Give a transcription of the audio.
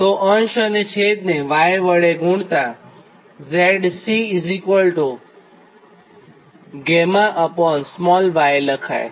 તો અંશ અને છેદને y વડે ગુણતાં ZC y લખાય